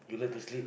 you like to sleep